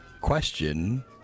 question